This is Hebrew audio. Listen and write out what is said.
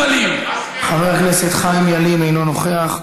חבר הכנסת חיים ילין, אינו נוכח,